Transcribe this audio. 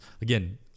again